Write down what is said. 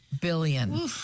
billion